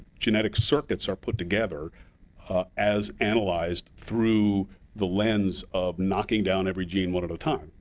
genetic circuits are put together as analyzed through the lens of knocking down every gene one at a time?